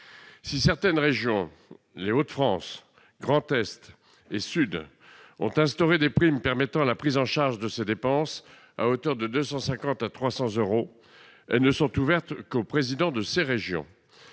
Si certaines régions, comme les régions Hauts-de-France ou Grand Est, ont instauré des primes permettant la prise en charge de ces dépenses à hauteur de 250 à 300 euros, elles ne sont ouvertes qu'aux habitants de ces régions.